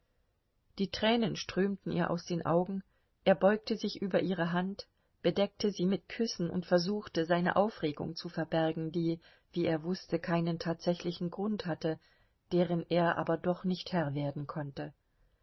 die tränen strömten ihr aus den augen er beugte sich über ihre hand bedeckte sie mit küssen und versuchte seine aufregung zu verbergen die wie er wußte keinen tatsächlichen grund hatte deren er aber doch nicht herr werden konnte